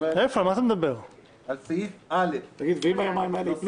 אני מדבר על סעיף (א) -- ואם היומיים האלה ייפלו